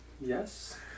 Yes